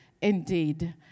indeed